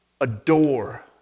adore